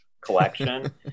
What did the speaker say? collection